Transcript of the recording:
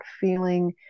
feeling